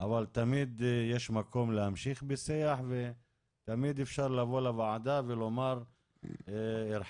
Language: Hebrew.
אבל תמיד יש מקום להמשיך בשיח ותמיד אפשר לבוא לוועדה ולומר הרחבנו,